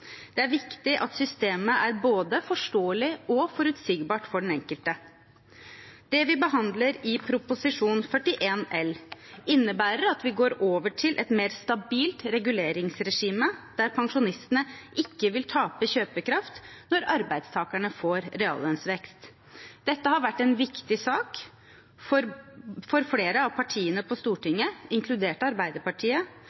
Det er viktig at systemet er både forståelig og forutsigbart for den enkelte. Det vi behandler i forbindelse med Prop. 41 L for 2021–2022, innebærer at vi går over til et mer stabilt reguleringsregime der pensjonistene ikke vil tape kjøpekraft når arbeidstakerne får reallønnsvekst. Dette har vært en viktig sak for flere av partiene på